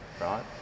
right